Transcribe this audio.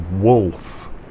wolf